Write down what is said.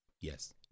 yes